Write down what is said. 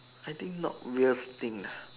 I think not weirdest thing nah